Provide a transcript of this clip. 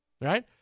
right